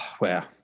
Wow